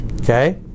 okay